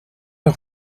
nog